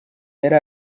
yari